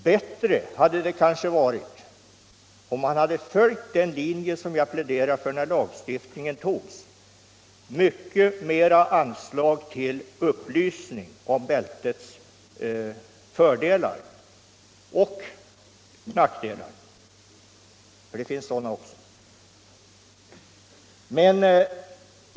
Bättre hade det kanske varit om man följt den linje som jag pläderade för när lagstiftningen antogs: mycket större anslag till upplysning om bältets fördelar — och nackdelar, för det finns sådana också.